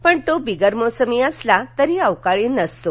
पण तो बिगर मोसमी असला तरी अवकाळी नसतो